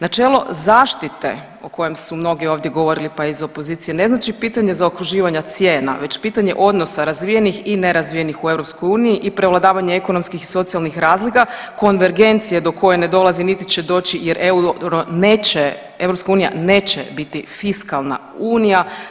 Načelo zaštite o kojem su mnogi ovdje govorili pa iz opozicije ne znači pitanje zaokruživanja cijena, već pitanje odnosa razvijenih i nerazvijenih u Europskoj uniji i prevladavanje ekonomskih i socijalnih razlika, konvergencije do koje ne dolazi niti će doći jer euro neće, Europska unija neće biti fiskalna unija.